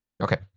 okay